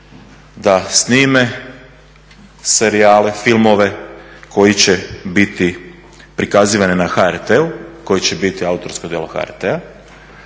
da snime serijale, filmove koji će biti prikazivani na HRT-u, koji će biti autorsko djelo HRT-a.